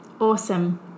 Awesome